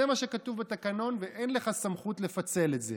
זה מה שכתוב בתקנון, ואין לך סמכות לפצל את זה.